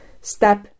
step